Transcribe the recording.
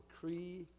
decree